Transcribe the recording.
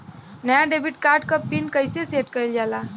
नया debit card क pin कईसे सेट कईल जाला?